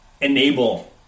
enable